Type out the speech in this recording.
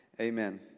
Amen